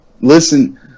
Listen